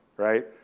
right